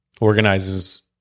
organizes